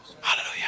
Hallelujah